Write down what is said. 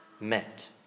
met